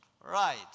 Right